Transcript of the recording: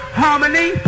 harmony